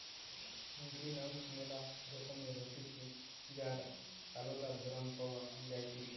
greenhouse ম্যালা রকমের হতিছে যার আলদা ধরণ পাওয়া যাইতেছে